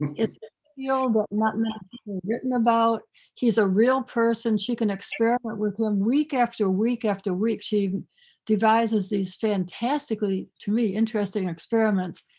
yeah and but written ah written about he's a real person, she can experiment with them week after week after week. she devises these fantastically to me, interesting experiments,